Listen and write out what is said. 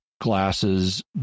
glasses